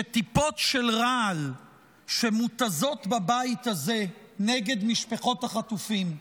שטיפות של רעל שמותזות בבית הזה נגד משפחות החטופים,